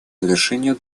завершению